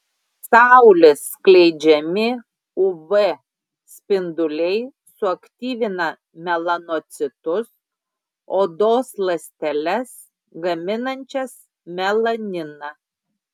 saulės skleidžiami uv spinduliai suaktyvina melanocitus odos ląsteles gaminančias melaniną